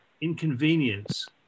inconvenience